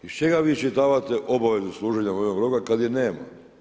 Iz čega vi iščitavate obavezu služenja vojnog roka kad je nema?